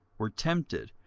were tempted,